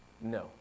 No